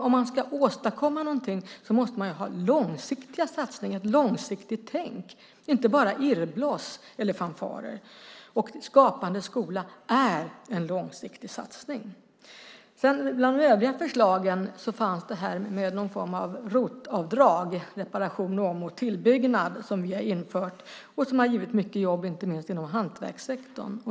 Om man ska åstadkomma någonting måste man ha långsiktiga satsningar och ett långsiktigt tänk, inte bara irrbloss eller fanfarer. Skapande skola är en långsiktig satsning. Bland de övriga förslagen fanns ett som gällde ROT-avdraget för reparationer och om och tillbyggnad, som vi har infört och som har givit mycket jobb, inte minst inom hantverkssektorn.